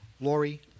Lori